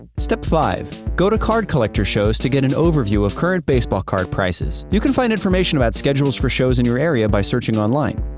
step five. go to card collector shows to get an overview of current baseball card prices. you can find information about schedules for shows in your area by searching online.